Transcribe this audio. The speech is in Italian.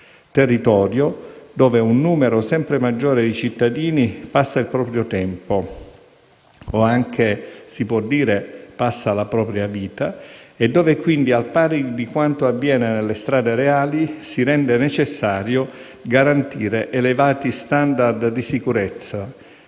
territorio dove un numero sempre maggiore di cittadini passa il proprio tempo - o meglio passa la propria vita - e dove quindi, al pari di quanto avviene nelle strade reali, si rende necessario garantire elevati *standard* di sicurezza